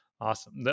Awesome